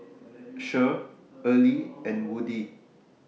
Cher Earley and Woodie